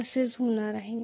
ते असेच होणार आहे